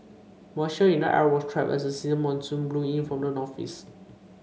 moisture in the air was trapped as a season monsoon blew in from the northeast